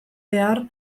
behar